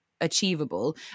achievable